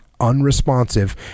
unresponsive